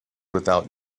without